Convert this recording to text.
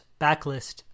Backlist